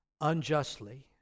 unjustly